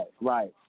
right